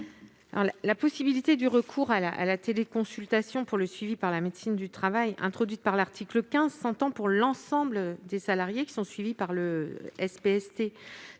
La possibilité du recours à la téléconsultation pour le suivi par la médecine du travail, introduite par l'article 15, s'entend pour l'ensemble des salariés qui sont suivis par le SPST